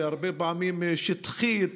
שהרבה פעמים היא שטחית,